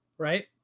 Right